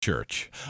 church